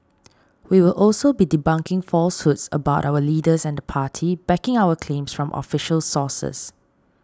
we will also be debunking falsehoods about our leaders and the party backing our claims from official sources